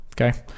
okay